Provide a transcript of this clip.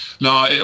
no